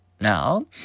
now